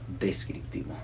descriptivo